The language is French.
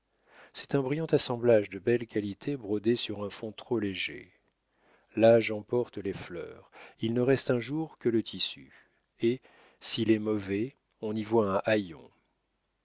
c'est un brillant assemblage de belles qualités brodées sur un fond trop léger l'âge emporte les fleurs il ne reste un jour que le tissu et s'il est mauvais on y voit un haillon